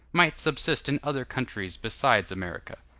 might subsist in other countries besides america.